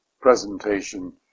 presentation